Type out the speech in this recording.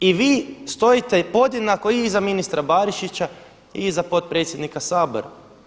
I vi stojite podjednako i iza ministra Barišića i iza potpredsjednika Sabora.